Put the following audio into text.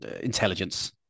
Intelligence